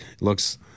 looks